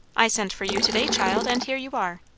i sent for you to-day, child and here you are.